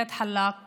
איאד אלחלאק